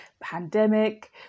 pandemic